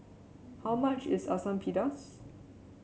how much is Asam Pedas